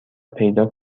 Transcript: پیدا